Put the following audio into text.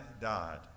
died